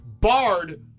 barred